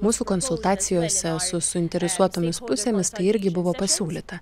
mūsų konsultacijose su suinteresuotomis pusėmis irgi buvo pasiūlyta